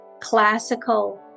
classical